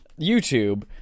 YouTube